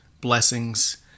blessings